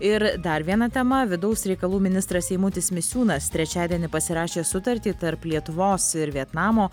ir dar viena tema vidaus reikalų ministras eimutis misiūnas trečiadienį pasirašė sutartį tarp lietuvos ir vietnamo